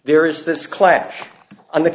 there is this clash on the